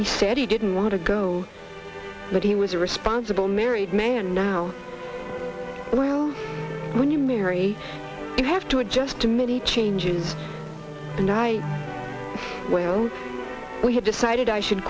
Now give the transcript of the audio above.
he said he didn't want to go but he was a responsible married man now when you marry and have to adjust to many changes and i well we have decided i should